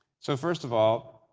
so, first of all,